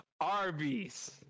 Arby's